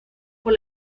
por